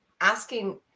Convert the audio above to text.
asking